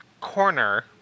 Corner